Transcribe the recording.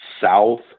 south